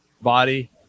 body